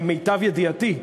למיטב ידיעתי,